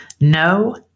No